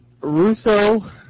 Russo